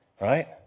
right